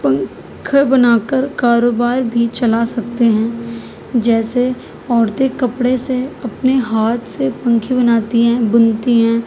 پنکھا بنا کر کاروبار بھی چلا سکتے ہیں جیسے عورتیں کپڑے سے اپنے ہاتھ سے پنکھے بناتی ہیں بنتی ہیں